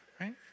right